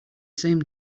same